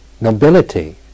nobility